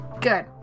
Good